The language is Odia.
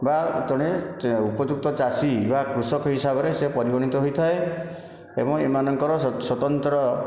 ବା ଜଣେ ଉପଯୁକ୍ତ ଚାଷୀ ବା କୃଷକ ହିସାବରେ ସେ ପରିଗଣିତ ହୋଇଥାଏ ଏବଂ ଏମାନଙ୍କର ସ୍ଵତନ୍ତ୍ର